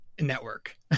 network